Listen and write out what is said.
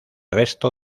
resto